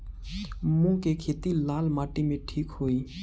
मूंग के खेती लाल माटी मे ठिक होई?